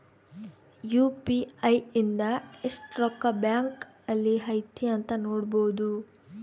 UPI ಇಂದ ಎಸ್ಟ್ ರೊಕ್ಕ ಬ್ಯಾಂಕ್ ಅಲ್ಲಿ ಐತಿ ಅಂತ ನೋಡ್ಬೊಡು